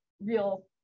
real